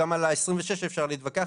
גם על ה-26 אפשר להתווכח,